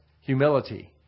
humility